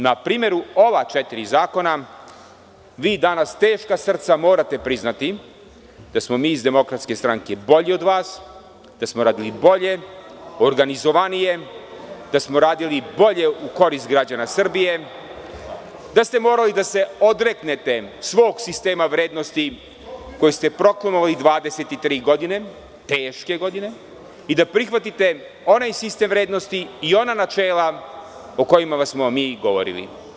Na primeru ova četiri zakona, vi danas teška srca morate priznati da smo mi iz DS bolji od vas, da smo radili bolje, organizovanije, da smo radili bolje u korist građana Srbije, da ste morali da se odreknete svog sistema vrednosti koji ste proklamovali 23 godine, teške godine, i da prihvatite onaj sistem vrednosti i ona načela o kojima smo vam mi govorili.